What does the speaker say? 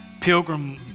pilgrim